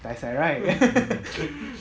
dai sai right